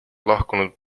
lahkunud